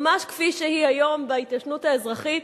ממש כפי שהיא היום בהתיישנות האזרחית.